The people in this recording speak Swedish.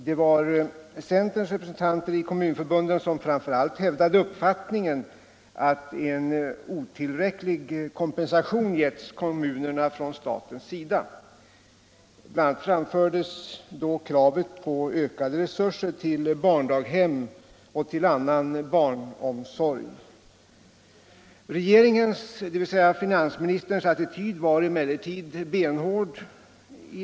Det var centerpartiets representanter i kommunförbunden som framför allt hävdade uppfattningen att en otillräcklig kompensation givits kommunerna från statens sida. Bl. a. framfördes då kravet på ökade resurser till barndaghem och till annan barnomsorg. Regeringens, dvs. finansministerns, attityd i denna fråga var emellertid benhård.